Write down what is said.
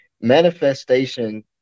manifestation